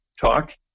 talk